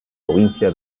provincia